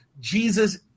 Jesus